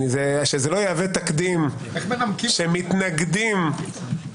הצעת חוק-יסוד: הכנסת (תיקון,